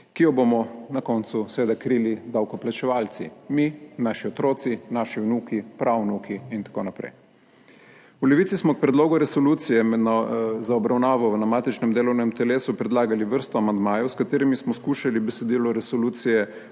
ki jo bomo na koncu seveda krili davkoplačevalci, mi, naši otroci, naši vnuki, pravnuki in tako naprej. V Levici smo k predlogu resolucije za obravnavo na matičnem delovnem telesu predlagali vrsto amandmajev, s katerimi smo skušali besedilo resolucije